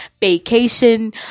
vacation